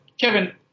kevin